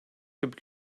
gibi